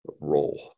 role